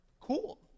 cool